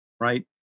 right